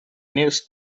news